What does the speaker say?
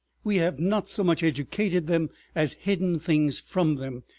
we have not so much educated them as hidden things from them,